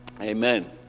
Amen